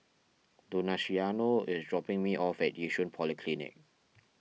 Donaciano is dropping me off at Yishun Polyclinic